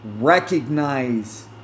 recognize